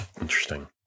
Interesting